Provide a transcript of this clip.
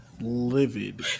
livid